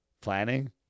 Planning